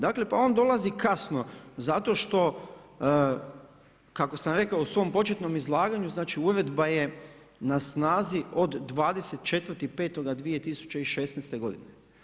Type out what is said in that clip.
Dakle pa on dolazi kasno zato što, kako sam rekao u svom početnom izlaganju, uredba je na snazi od 24.5.2016. godine.